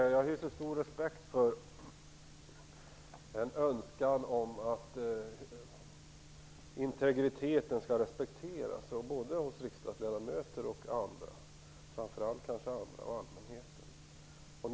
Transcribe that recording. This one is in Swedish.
Fru talman! Jag hyser stor respekt för en önskan, både hos riksdagsledamöter och andra, kanske framför allt hos andra, om att integriteten skall respekteras.